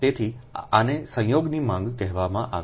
તેથી આને સંયોગની માંગ કહેવામાં આવે છે